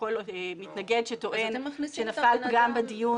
וכל עוד יש מתנגד שטוען שנפל פגם בדיון,